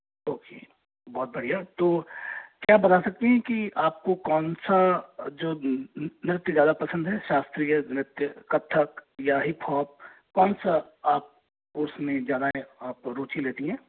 okay बहुत बढ़िया तो क्या आप बता सकती हैं कि आपको कौन सा जो नृत्य ज़्यादा पसंद है शास्त्रीय नृत्य कथक या हिप हॉप कौन सा आप उसमें आप ज़्यादा आप रुचि लेती हैं